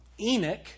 Enoch